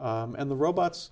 injury and the robots